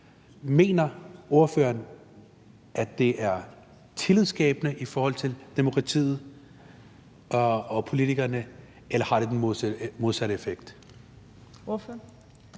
Mener ordføreren, at det er tillidsskabende i forhold til demokratiet og politikerne, eller har det den modsatte effekt?